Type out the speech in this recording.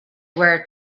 were